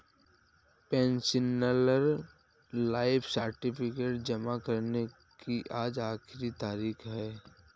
pensioner life certificate जमा करने की आज आखिरी तारीख है